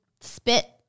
spit